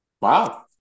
Wow